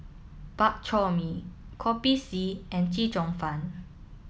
Bak Chor Mee Kopi C and Chee Cheong Fun